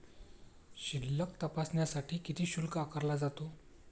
शिल्लक तपासण्यासाठी किती शुल्क आकारला जातो?